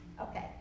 Okay